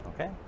okay